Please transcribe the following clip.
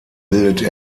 bildet